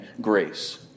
grace